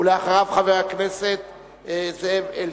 ואחריו חבר הכנסת זאב אלקין.